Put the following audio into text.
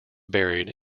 buried